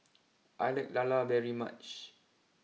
I like LaLa very much